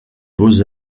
beaux